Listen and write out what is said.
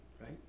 right